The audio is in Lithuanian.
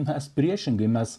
nes priešingai mes